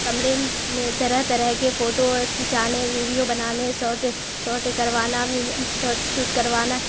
کمڑے میں طرح طرح کے فوٹو کھنچانے ویڈیو بنانے ساٹ ساٹ کروانا ساٹ شوٹ کروانا